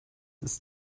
ist